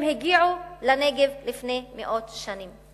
הם הגיעו לנגב לפני מאות שנים.